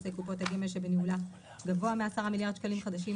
תאגיד עזר או סולק 10,000 שקלים חדשים.